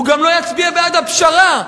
הוא גם לא יצביע בעד הפשרה.